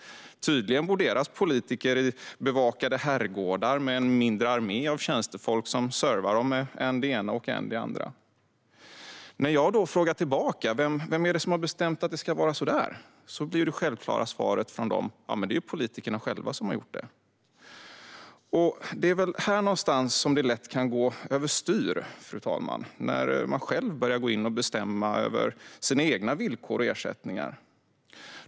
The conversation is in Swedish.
Tydligen bor deras politiker i bevakade herrgårdar med en mindre armé av tjänstefolk som servar dem med än det ena, än det andra. När jag då frågar tillbaka vem det är som har bestämt att det ska vara så blir deras självklara svar: politikerna själva. Fru talman! Det är väl här någonstans det lätt kan gå överstyr, när man själv börjar bestämma över sina egna villkor och ersättningar.